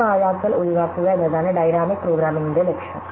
ഈ പാഴാക്കൽ ഒഴിവാക്കുക എന്നതാണ് ഡൈനാമിക് പ്രോഗ്രാമിംഗിന്റെ ലക്ഷ്യം